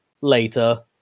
later